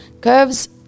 curves